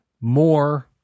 more